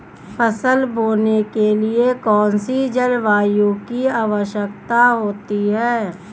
फसल बोने के लिए कौन सी जलवायु की आवश्यकता होती है?